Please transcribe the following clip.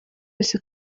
yose